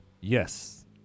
yes